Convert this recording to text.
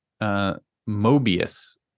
Mobius